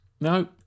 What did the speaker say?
No